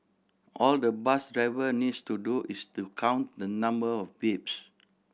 all the bus driver needs to do is to count the number of beeps